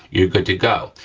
you're good to go.